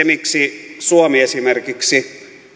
miksi suomi esimerkiksi